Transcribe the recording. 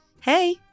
Hey